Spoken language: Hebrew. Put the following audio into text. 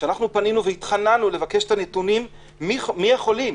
כשאנחנו פנינו והתחננו לבקש את הנתונים מי החולים.